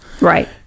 right